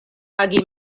agi